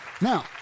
now